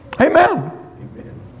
Amen